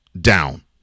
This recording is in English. down